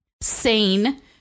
sane